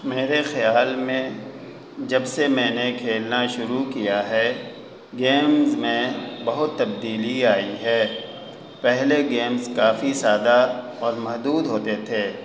میرے خیال میں جب سے میں نے کھیلنا شروع کیا ہے گیمز میں بہت تبدیلی آئی ہے پہلے گیمس کافی سادہ اور محدود ہوتے تھے